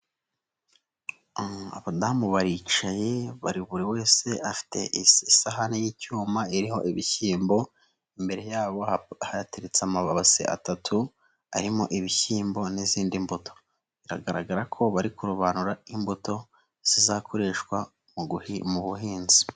Abadamu baricaye buri wese afite isahani y'icyuma iriho ibishyimbo. Imbere yabo hateritse amabase atatu arimo ibishyimbo n'izindi mbuto, biragaragara ko bari kurobanura imbuto zizakoreshwa mu buhinzi.